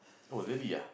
oh really ah